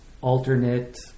alternate